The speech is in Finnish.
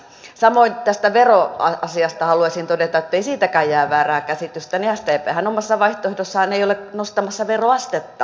samoin tästä veroasiasta haluaisin todeta ettei siitäkään jää väärää käsitystä että sdphän omassa vaihtoehdossaan ei ole nostamassa veroastetta lainkaan